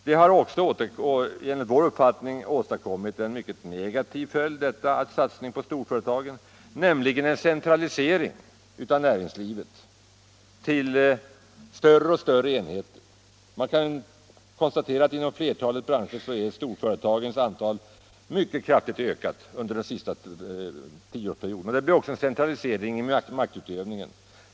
Denna satsning på storföretagen har enligt vår uppfattning fått en mycket negativ följd, nämligen en centralisering av näringslivet till större och större enheter. Man kan konstatera att storföretagens antal inom flertalet branscher har ökat mycket kraftigt under den senaste tioårsperioden. Detta betyder också en centralisering av maktutövningen.